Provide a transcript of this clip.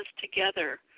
together